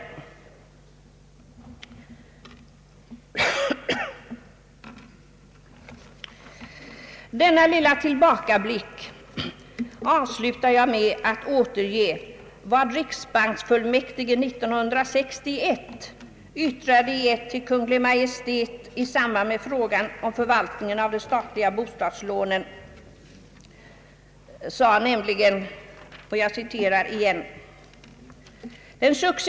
Denna lilla tillbakablick avslutar jag med att återge vad riksbanksfullmäktige 1961 yttrade till Kungl. Maj:t i samband med frågan om förvaltningen av de statliga bostadslånen.